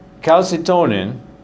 Calcitonin